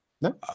No